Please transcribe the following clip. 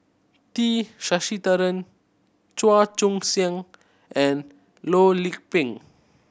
T Sasitharan Chua Joon Siang and Loh Lik Peng